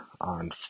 on